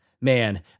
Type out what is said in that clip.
man